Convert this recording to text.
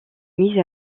mise